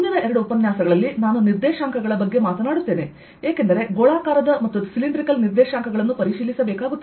ಮುಂದಿನ ಎರಡು ಉಪನ್ಯಾಸಗಳಲ್ಲಿ ನಾನು ನಿರ್ದೇಶಾಂಕಗಳ ಬಗ್ಗೆ ಮಾತನಾಡುತ್ತೇನೆ ಏಕೆಂದರೆ ಗೋಳಾಕಾರದ ಮತ್ತು ಸಿಲಿಂಡ್ರಿಕಲ್ ನಿರ್ದೇಶಾಂಕಗಳನ್ನು ಪರಿಶೀಲಿಸಬೇಕಾಗುತ್ತದೆ